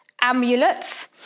Amulets